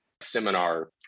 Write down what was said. seminar